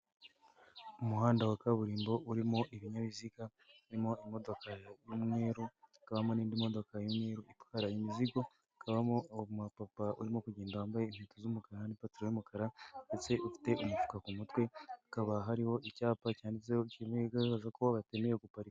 Umuhanda wa kaburimbo urimo ibinyabiziga birimo imodoka y'umweru hakabamo n'indi modoka y'umweruru itwara imizigo, ikabamo umu papa urimo kugenda wambaye inkweto z'umukara n'ipantaro y'umukara, ndetse ufite umufuka ku mutwe; hakaba hariho icyapa cyanditseho ko bitemewe kuhaparika.